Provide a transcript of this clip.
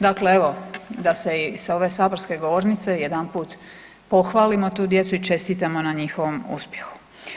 Dakle, evo da se i s ove saborske govornice jedanput pohvalimo tu djecu i čestitamo na njihovom uspjehu.